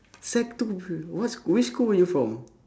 sec two what s~ which school you were from